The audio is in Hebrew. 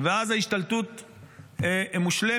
ואז ההשתלטות מושלמת.